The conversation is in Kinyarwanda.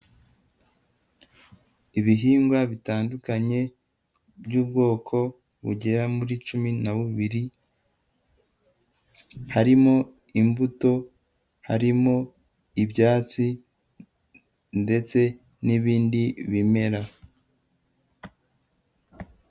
Ibihingwa bitandukanye by'ubwoko bugera muri cumi na bubiri harimo imbuto, harimo ibyatsi ndetse n'ibindi bimera.